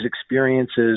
experiences